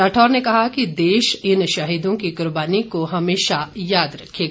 राठौर ने कहा कि देश इन शहीदों की कुर्बानी को हमेशा याद रखेगा